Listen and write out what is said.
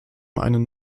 einen